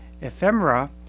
Ephemera